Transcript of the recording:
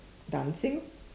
dancing